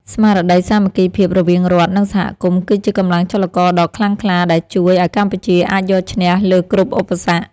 ស្មារតីសាមគ្គីភាពរវាងរដ្ឋ និងសហគមន៍គឺជាកម្លាំងចលករដ៏ខ្លាំងក្លាដែលជួយឱ្យកម្ពុជាអាចយកឈ្នះលើគ្រប់ឧបសគ្គ។